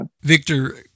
Victor